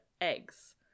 eggs